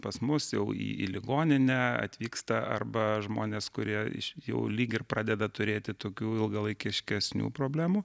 pas mus jau į ligoninę atvyksta arba žmonės kurie iš jau lyg ir pradeda turėti tokių ilgalaikiškesnių problemų